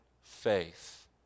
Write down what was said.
faith